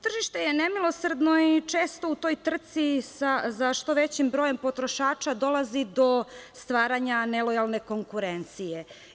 Tržište je nemilosrdno i često u toj trci za što većim brojem potrošača dolazi do stvaranja nelojalne konkurencije.